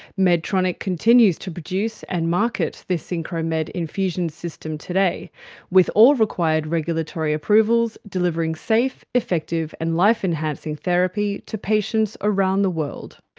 medtronic continues to produce and market the synchromed infusion system today with all required regulatory approvals, delivering safe, effective and life enhancing therapy to patients around the world.